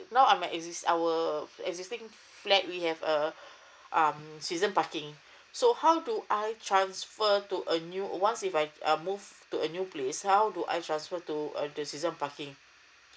no I'm an existing our existing flat we have uh um season parking so how do I transfer to a new ones if I move to a new place how do I transfer to err the season parking